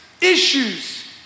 issues